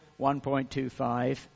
1.25